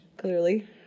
clearly